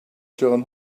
johns